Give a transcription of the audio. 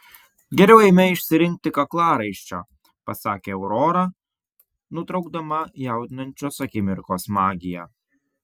geriau eime išsirinkti kaklaraiščio pasakė aurora nutraukdama jaudinančios akimirkos magiją